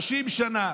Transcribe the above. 30 שנה,